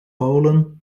polen